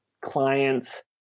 clients